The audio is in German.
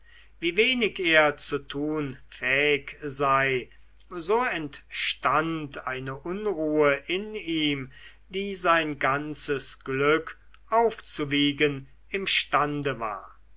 wie wenig er zu tun fähig sei so entstand eine unruhe in ihm die sein ganzes glück aufzuwiegen imstande war